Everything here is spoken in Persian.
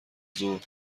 ظهر